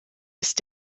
ist